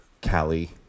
Cali